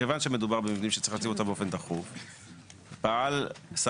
מכיוון שמדובר במבנים שצריך להציב אותם באופן דחוף,